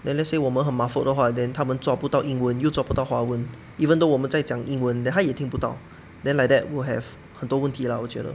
then let's say 我们很 muffled 的话 then 他们抓不到英文又抓不到华文 even though 我们在讲英文 then 他也听不到 then like that would have 很多问题 lah 我觉得